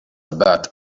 بعد